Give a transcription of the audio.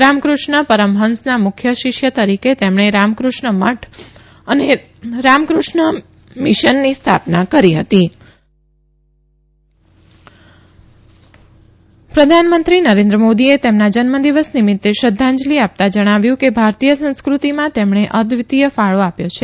રામકુષ્ણ પરમહંસના મુખ્ય શિષ્ય તરીકે તેમણે રામકુષ્ણમઠ અને રામકુષ્ણ મિશનની સ્થાપના કરી હતી પ્રધાનમંત્રી નરેન્દ્ર મોદીએ તેમના જન્મદિવસ નિમિતે શ્રધ્ધાંજલી આપતાં જણાવ્યું કે ભારતીય સંસ્કૃતિમાં તેમણે અક્રિતિય ફાળો આપ્યો છે